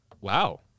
wow